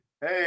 Hey